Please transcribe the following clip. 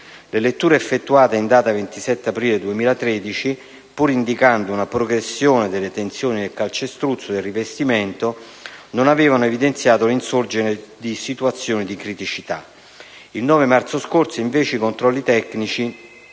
Le letture effettuate in data 27 aprile 2013, pur indicando una progressione delle tensioni nel calcestruzzo del rivestimento, non avevano evidenziato l'insorgere di situazioni di criticità. Il 9 maggio scorso, invece, i controlli tecnici